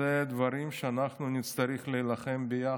אלו דברים שאנחנו נצטרך להילחם עליהם ביחד.